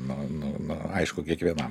nu nu nu aišku kiekvienam